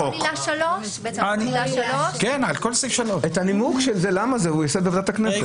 את הנימוק לכך הוא ייתן בוועדת הכנסת.